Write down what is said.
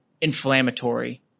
Inflammatory